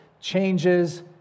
changes